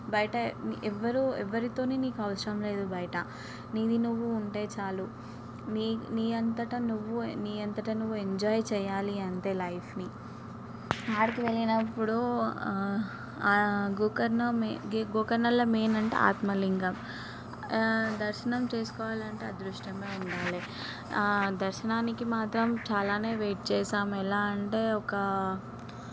బయట ఎవ్వరూ ఎవరితోని నీకు అవసరం లేదు బయట నీది నువ్వు ఉంటే చాలు నీ నీ అంతట నువ్వు నీ అంతట నువ్వు ఎంజాయ్ చెయ్యాలి అంటే లైఫ్ని ఆడకి వెళ్ళినప్పుడు గోకర్ణ మెయి గోకర్ణల మెయిన్ అంటే ఆత్మ లింగం దర్శనం చేసుకోవాలంటే అదృష్టంగా ఉండాలి దర్శనానికి మాత్రం చాలానే వెయిట్ చేసాం ఎలా అంటే ఒక